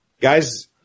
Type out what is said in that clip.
guys